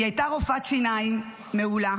היא הייתה רופאת שיניים מעולה,